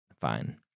fine